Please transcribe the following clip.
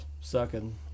sucking